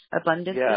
Abundance